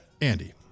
Andy